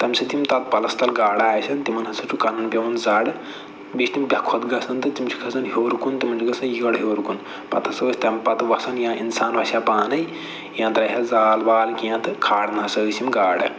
تَمہِ سۭتۍ یِن تتھ پَلس تل گاڈٕ آسن تِمَن ہسا چھُ کَنن پٮ۪وان زڈ بیٚیہِ چھِ تِم بےٚ خۄد گژھان تہٕ تِم چھِ کھسان ہیوٚر کُن تِمَن چھُ گژھان یٔڈ ہیوٚر کُن پَتہٕ ہسا ٲسۍ تَمہِ پَتہٕ وَسان یا اِنسان ٲسۍ یا پانَے یا ترٛاوِہے زال وال کیٚنٛہہ تہٕ کھاڑان ہسا ٲسۍ یِم گاڈٕ